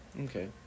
Okay